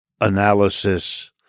analysis